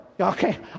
Okay